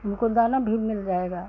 उनको दाना भी मिल जाएगा